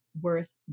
worth